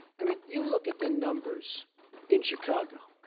i mean, you look at the numbers in chicago.